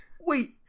wait